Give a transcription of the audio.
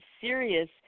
serious